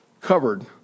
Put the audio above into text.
covered